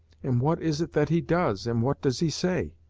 and what is it that he does, and what does he say?